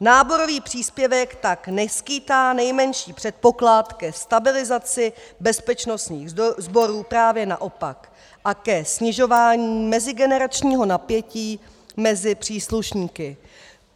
Náborový příspěvek tak neskýtá nejmenší předpoklad ke stabilizaci bezpečnostních sborů, právě naopak, a ke snižování mezigeneračního napětí mezi příslušníky,